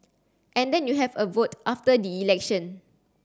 and then you have a vote after the election